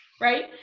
right